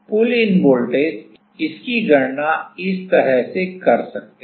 pull in voltage इसकी गणना इस तरह कर सकते हैं